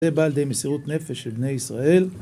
זה בא לידי מסירות נפש של בני ישראל.